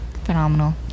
Phenomenal